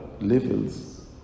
levels